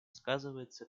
сказывается